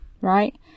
right